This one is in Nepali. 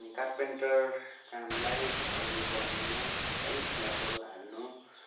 अनि कार्पेन्टर कामलाई घरहरू बनिनु है स्ल्यापहरू हाल्नु